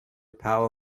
power